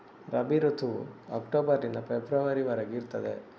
ರಬಿ ಋತುವು ಅಕ್ಟೋಬರ್ ನಿಂದ ಫೆಬ್ರವರಿ ವರೆಗೆ ಇರ್ತದೆ